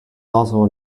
also